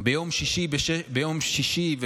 ביום שישי,